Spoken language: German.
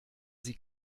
sie